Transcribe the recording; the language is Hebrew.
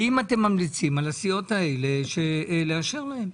האם אתם ממליצים על הסיעות האלה לאשר להן?